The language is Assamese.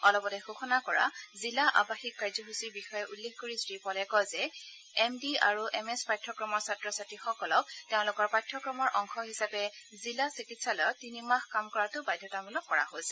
অলপতে ঘোষণা কৰা জিলা আবাসিক কাৰ্যসূচীৰ বিষয়েও উল্লেখ কৰি শ্ৰীপলে কয় যে এম ডি আৰু এম এছ পাঠ্যক্ৰমৰ ছাত্ৰ ছাত্ৰীসকলক তেওঁলোকৰ পাঠ্যক্ৰমৰ অংশ হিচাপে জিলা চিকিৎসালয়ত তিনি মাহ কাম কৰাটো বাধ্যতামূলক কৰা হৈছে